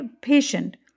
patient